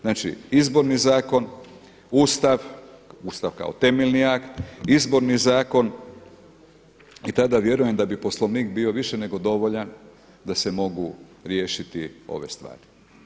Znači izborni zakon, Ustav, Ustav kao temeljni akt, izborni zakon i tada vjerujem da bi Poslovnik bio više nego dovoljan da se mogu riješiti ove stvari.